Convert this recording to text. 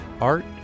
Art